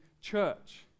church